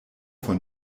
vor